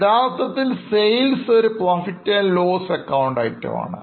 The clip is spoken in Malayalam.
യഥാർത്ഥത്തിൽ Sales ഒരു Profit loss ACഐറ്റം ആണ്